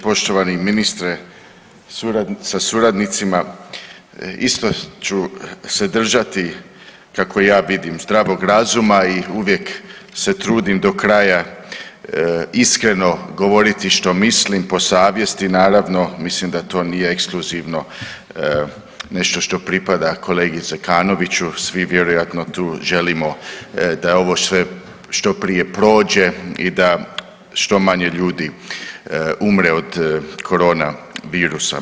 Poštovani ministre sa suradnicima isto ću se držati kako ja vidim zdravog razuma i uvijek se trudim do kraja iskreno govoriti što mislim, po savjesti naravno mislim da to nije ekskluzivno nešto što pripada kolegi Zekanoviću svi vjerojatno tu želimo da ovo je sve što prije prođe i da što manje umre od korona virusa.